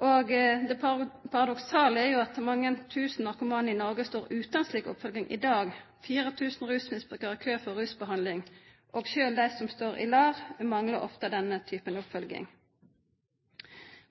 er at mange tusen narkomane i Norge står uten slik oppfølging i dag. Det står 4 000 rusmisbrukere i kø for rusbehandling. Selv de som står i LAR, mangler ofte denne typen oppfølging.